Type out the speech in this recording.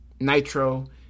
nitro